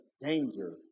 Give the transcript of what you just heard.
danger